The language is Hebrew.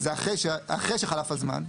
זה אחרי שחלף הזמן.